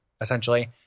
essentially